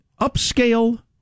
upscale